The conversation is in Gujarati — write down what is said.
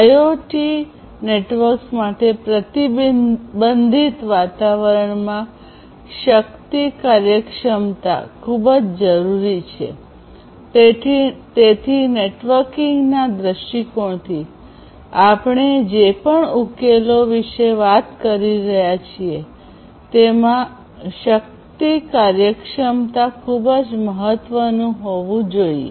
આઇઓટી નેટવર્ક્સ માટે પ્રતિબંધિત વાતાવરણમા શક્તિ કાર્યક્ષમતા ખૂબ જ જરૂરી છે તેથી નેટવર્કિંગના દૃષ્ટિકોણથી આપણે જે પણ ઉકેલો વિશે વાત કરી રહ્યા છીએ તેમાં શક્તિ કાર્યક્ષમતા ખૂબ જ મહત્વનું હોવું જોઈએ